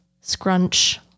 Scrunch